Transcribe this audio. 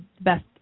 best